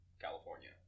California